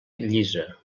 llisa